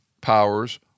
powers